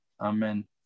Amen